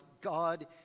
God